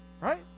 right